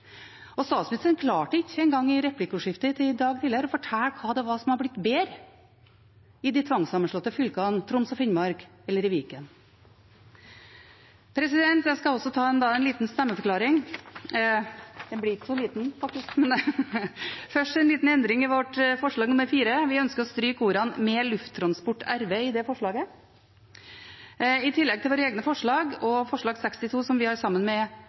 Statsministeren klarte ikke engang i replikkordskiftet tidligere i dag å fortelle hva det var som var blitt bedre i de tvangssammenslåtte fylkene Troms og Finnmark og Viken. Jeg skal også ta en liten stemmeforklaring – den blir faktisk ikke så liten. Først en liten endring i vårt forslag nr. 4: Vi ønsker å stryke ordene «med Lufttransport RW» i det forslaget. I tillegg til våre egne forslag og forslag nr. 62, som vi har sammen med